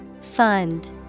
Fund